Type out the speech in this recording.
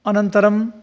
अनन्तरं